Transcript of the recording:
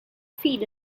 feet